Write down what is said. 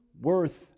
worth